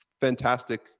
fantastic